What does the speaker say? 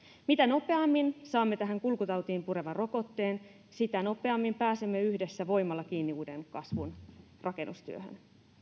mitä nopeammin saamme tähän kulkutautiin purevan rokotteen sitä nopeammin pääsemme yhdessä voimalla kiinni uuden kasvun rakennustyöhön